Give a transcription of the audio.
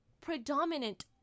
predominant